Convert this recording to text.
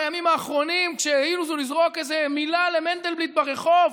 בימים האחרונים כשהעזו לזרוק איזו מילה למנדלבליט ברחוב,